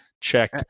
Check